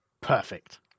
perfect